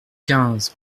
quinze